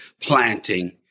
planting